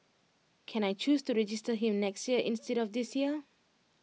can I choose to register him next year instead of this year